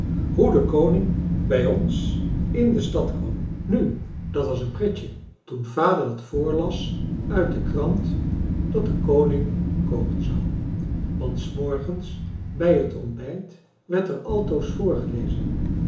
de koning bij ons in de stad kwam nu dat was een pretje toen vader dat voorlas uit de krant dat de koning komen zou want s morgens bij het ontbijt werd er altoos voorgelezen